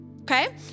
Okay